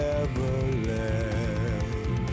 Neverland